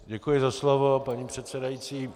Děkuji za slovo, paní předsedající.